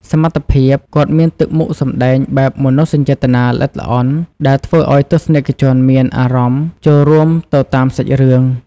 សមត្ថភាព គាត់មានទឹកមុខសម្ដែងបែបមនោសញ្ចេតនាល្អិតល្អន់ ដែលធ្វើឱ្យទស្សនិកជនមានអារម្មណ៍ចូលរួមទៅតាមសាច់រឿង។